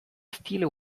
stile